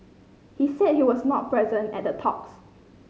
he said he was not present at the talks